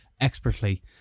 expertly